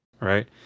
Right